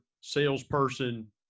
salesperson